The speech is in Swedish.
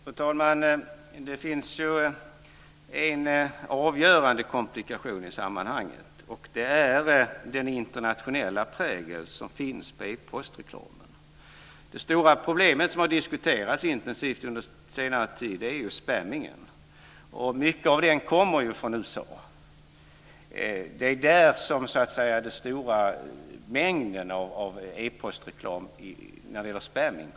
Fru talman! Det finns ju en avgörande komplikation i sammanhanget. Det är den internationella prägel som finns på e-postreklamen. Det stora problem som har diskuterats intensivt under senare tid är spamming. Mycket av denna kommer från USA. Det är därifrån den stora mängden e-postreklam kommer när det gäller spamming.